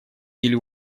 или